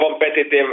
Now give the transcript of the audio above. competitive